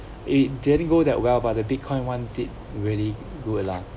it didn't go that well by the bitcoin want did really good lah